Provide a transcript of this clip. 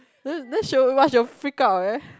don't don't show me what's your freak out eh